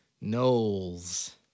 Knowles